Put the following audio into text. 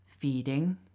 feeding